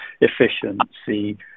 efficiency